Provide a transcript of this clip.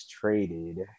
traded